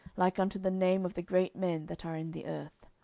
like unto the name of the great men that are in the earth.